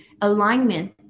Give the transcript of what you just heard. alignment